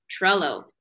Trello